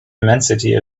immensity